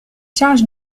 charge